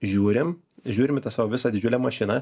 žiūrim žiūrim į tą savo visą didžiulę mašiną